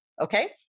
okay